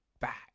back